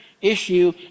issue